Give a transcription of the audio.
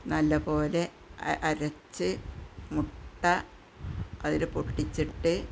നല്ല പോലെ അരച്ച് മുട്ട അതിൽ പൊട്ടിച്ചിട്ട്